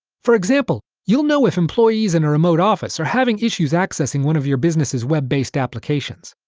for example, you'll know if employees in a remote office are having issues accessing one of your business's web-based applications.